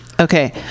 okay